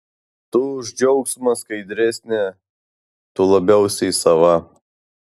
tu už džiaugsmą skaidresnė tu labiausiai sava